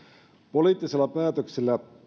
poliittisilla päätöksillä